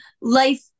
life